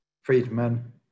Friedman